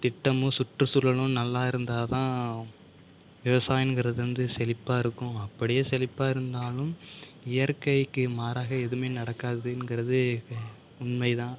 திட்டமும் சுற்று சூழலும் நல்லா இருந்தால் தான் விவசாயம்ங்கிறது வந்து செழிப்பா இருக்கும் அப்படியே செழிப்பா இருந்தாலும் இயற்கைக்கு மாறாக எதுவுமே நடக்காதுங்கிறது உண்மை தான்